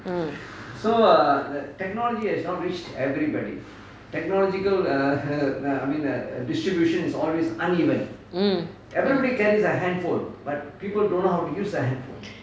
mm